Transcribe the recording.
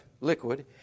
liquid